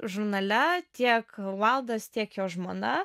žurnale tiek vaildas tiek jo žmona